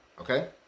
okay